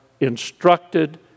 instructed